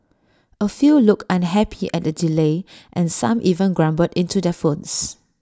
A few looked unhappy at the delay and some even grumbled into their phones